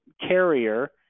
carrier